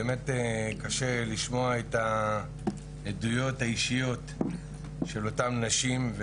קשה לשמוע את העדויות האישיות של אותן נשים,